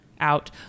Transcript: out